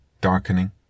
darkening